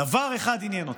דבר אחד עניין אתכם,